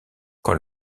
quand